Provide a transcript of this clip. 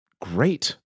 great